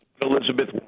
Elizabeth